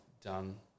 done